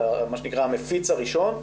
מה שנקרא המפיץ הראשון,